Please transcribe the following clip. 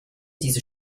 diese